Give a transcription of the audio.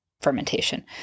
fermentation